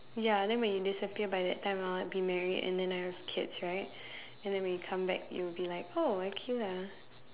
ya then when you disappear by that time I'll be like married then I'll have kids right and then when you come back you'll be like oh Aqilah